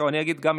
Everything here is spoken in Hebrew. אגיד משפט.